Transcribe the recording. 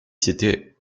s’était